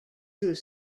through